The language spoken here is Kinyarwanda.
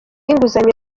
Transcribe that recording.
inguzanyo